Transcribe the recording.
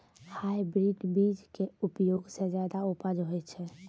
hybrid बीज के उपयोग सॅ ज्यादा उपज होय छै